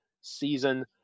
season